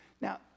Now